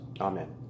amen